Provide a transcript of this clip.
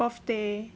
birthday